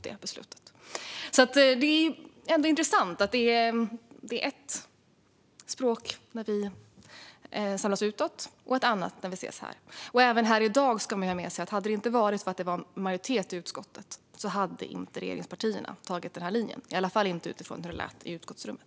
Det är intressant att det är ett språk när vi samlas utåt och ett annat när vi ses här. Och man ska ha med sig att om det inte hade varit en majoritet i utskottet skulle inte regeringspartierna ha tagit den här linjen i dag heller, i alla fall inte utifrån hur det lät i utskottsrummet.